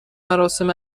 مراسم